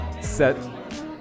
set